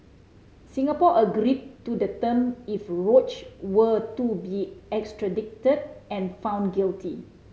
Singapore agreed to the term if Roach were to be extradited and found guilty